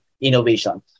innovation